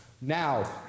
Now